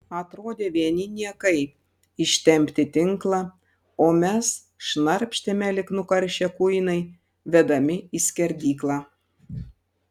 atrodė vieni niekai ištempti tinklą o mes šnarpštėme lyg nukaršę kuinai vedami į skerdyklą